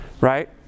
right